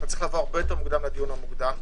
אתה צריך לבוא הרבה יותר מוקדם לדיון המוקדם,